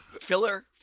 filler